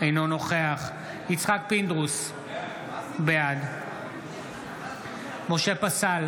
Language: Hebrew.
אינו נוכח יצחק פינדרוס, בעד משה פסל,